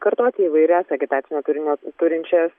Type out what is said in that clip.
kartoti įvairias agitacinio turinio turinčias